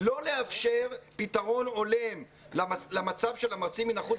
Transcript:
לא לאפשר פתרון הולם למצב של המרצים מן החוץ,